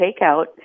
takeout